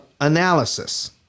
analysis